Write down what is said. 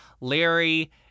Larry